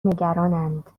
نگرانند